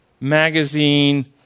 magazine